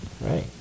Right